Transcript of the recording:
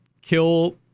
kill